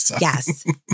yes